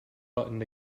button